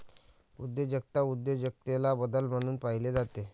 उद्योजकता उद्योजकतेला बदल म्हणून पाहिले जाते